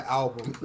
album